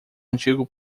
antigo